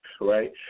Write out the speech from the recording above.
right